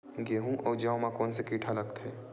गेहूं अउ जौ मा कोन से कीट हा लगथे?